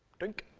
doink.